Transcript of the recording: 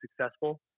successful